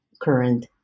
current